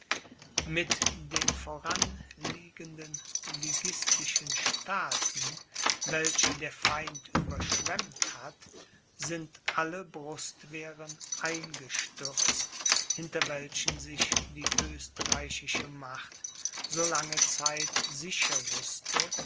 mit den voran liegenden liguistischen staaten welche der feind überschwemmt hat sind alle brustwehren eingestürzt hinter welchen sich die österreichische macht so lange zeit sicher wußte